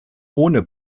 ohne